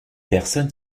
personne